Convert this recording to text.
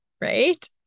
right